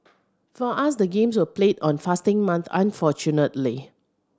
for us the games were played on fasting month unfortunately